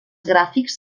gràfics